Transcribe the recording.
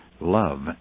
love